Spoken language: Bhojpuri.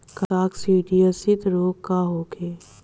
काकसिडियासित रोग का होखे?